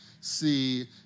see